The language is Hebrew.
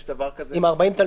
יש דבר כזה --- "40 תלמידים".